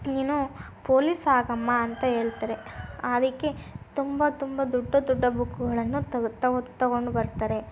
ನೀನು ಪೋಲೀಸ್ ಆಗಮ್ಮ ಅಂತ ಹೇಳ್ತಾರೆ ಅದಕ್ಕೆ ತುಂಬ ತುಂಬ ದೊಡ್ಡ ದೊಡ್ಡ ಬುಕ್ಕುಗಳನ್ನು ತೊಗೊಂಡು ಬರ್ತಾರೆ